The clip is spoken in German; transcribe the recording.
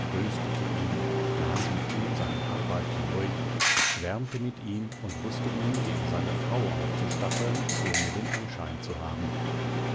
tröstete ihn las mit ihm seine arbeiten durch schwärmte mit ihm und wußte ihn gegen seine frau aufzustacheln ohne den anschein zu haben